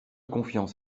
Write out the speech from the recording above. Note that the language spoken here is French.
confiance